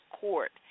court